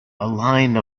line